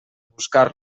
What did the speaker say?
buscar